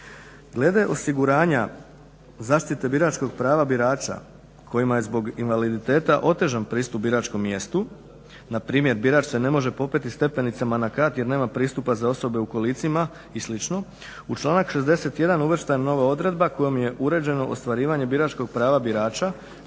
Glede osiguranja zaštite biračkog prava birača kojima je zbog invaliditeta otežan pristup biračkom mjestu na primjer birač se ne može popeti stepenicama na kat jer nema pristupa za osobe u kolicima i slično u članak 61. uvrštena je nova odredba kojom je uređeno ostvarivanje biračkog prava birača